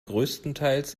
größtenteils